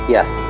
Yes